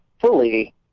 fully